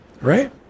Right